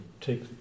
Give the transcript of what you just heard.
take